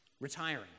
retiring